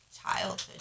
childhood